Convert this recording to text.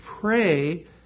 pray